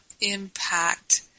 impact